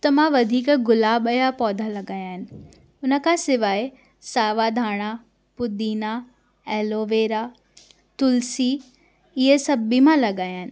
त मां वधीक गुलाब जा पौधा लगाया आहिनि उन खां सवाइ सावा धाणा पुदिना एलोवेरा तुलसी हीअ सभु बि मां लगाया आहिनि